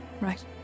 Right